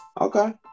Okay